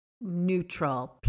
Neutral